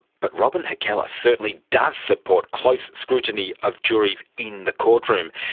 but robyn hakelis certainly does support close scrutiny of juries in the courtroom.